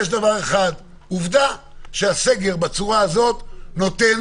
יש דבר אחד עובדה שהסגר בצורה הזאת נותן